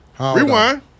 Rewind